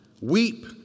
Weep